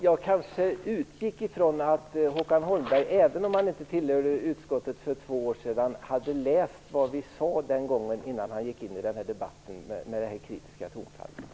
Fru talman! Jag utgick kanske ifrån att Håkan Holmberg, även om han inte tillhörde utskottet för två år sedan, hade läst vad vi sade den gången innan han gick in i debatten med det här kritiska tonfallet.